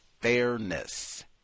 Fairness